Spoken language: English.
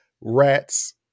Rat's